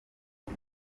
new